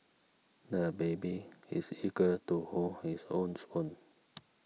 the baby is eager to hold his own spoon